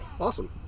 Awesome